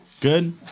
Good